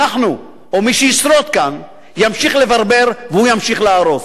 אנחנו או מי שישרוד כאן ימשיך לברבר והוא ימשיך להרוס.